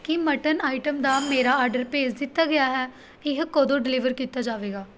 ਕੀ mutton item ਦਾ ਮੇਰਾ order ਭੇਜ ਦਿੱਤਾ ਗਿਆ ਹੈ ਇਹ ਕਦੋਂ ਡਿਲੀਵਰ ਕੀਤਾ ਜਾਵੇਗਾ